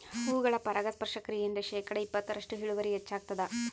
ಹೂಗಳ ಪರಾಗಸ್ಪರ್ಶ ಕ್ರಿಯೆಯಿಂದ ಶೇಕಡಾ ಇಪ್ಪತ್ತರಷ್ಟು ಇಳುವರಿ ಹೆಚ್ಚಾಗ್ತದ